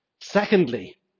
Secondly